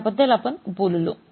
ज्याबद्दल आपण बोललो